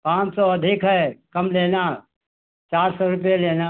पाँच सौ अधिक है कम लेना चार सौ रुपये लेना